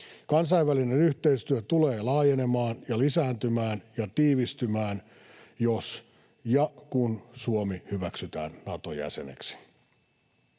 Kansainvälinen yhteistyö tulee laajenemaan ja lisääntymään ja tiivistymään, jos ja kun Suomi hyväksytään Nato-jäseneksi.